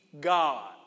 God